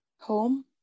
home